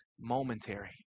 momentary